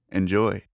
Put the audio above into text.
enjoy